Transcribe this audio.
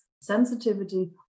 sensitivity